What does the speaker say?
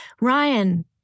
Ryan